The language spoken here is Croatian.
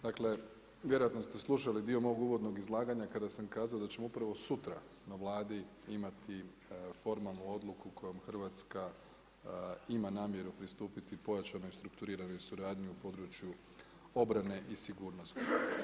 Dakle, vjerojatno ste slušali dio mog uvodnog izlaganja, kada sam kazao da ćemo upravo sutra na Vladi imati formalnu odluku, kojom Hrvatska ima namjeru pristupiti pojačanoj strukturiranoj suradnji u području obrane i sigurnosti.